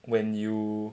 when you